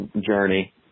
journey